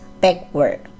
backward